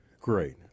Great